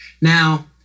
Now